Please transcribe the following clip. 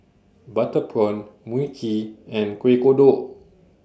Butter Prawn Mui Kee and Kuih Kodok